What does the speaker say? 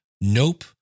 Nope